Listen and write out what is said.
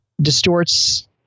distorts